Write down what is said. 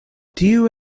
tiu